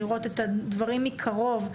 לראות את הדברים מקרוב,